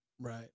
Right